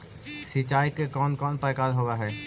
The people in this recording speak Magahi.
सिंचाई के कौन कौन प्रकार होव हइ?